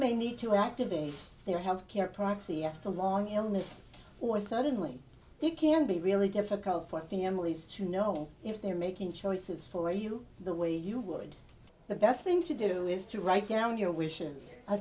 may need to activate their health care proxy after a long illness or suddenly you can be really difficult for the emilie's to know if they are making choices for you the way you would the best thing to do is to write down your wishes